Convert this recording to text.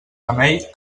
remei